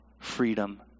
freedom